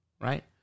right